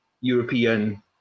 European